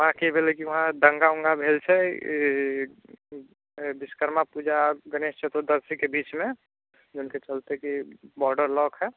वहाँ की भेलै कि वहाँ दङ्गा वङ्गा भेल छै विश्वकर्मा पूजा गणेश चतुर्दशीके बीचमे जाहिके चलते कि बॉर्डर लॉक हइ